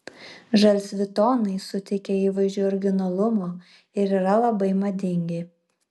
žalsvi tonai suteikia įvaizdžiui originalumo ir yra labai madingi